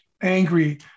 angry